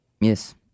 Yes